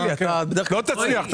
לא תצליח.